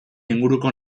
inguruko